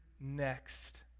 next